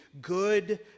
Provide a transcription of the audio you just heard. good